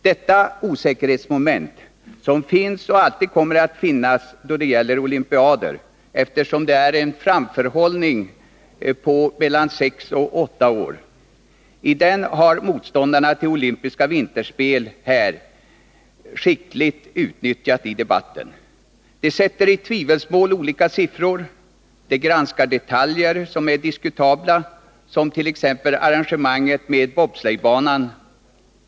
Detta osäkerhetsmoment, som finns och alltid kommer att finnas då det gäller olympiader eftersom framförhållningen är 6-8 år, har motståndarna till olympiska vinterspel i Sverige skickligt utnyttjat. De sätter i tvivelsmål olika siffror, de granskar detaljer som är diskutabla — t.ex. arrangemanget med bobsleighbanan.